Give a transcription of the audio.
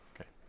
Okay